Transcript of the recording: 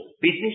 business